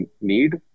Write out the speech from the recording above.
need